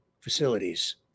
facilities